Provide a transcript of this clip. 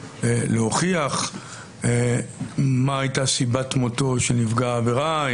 להוכיח מה הייתה סיבת מותו של נפגע עבירה,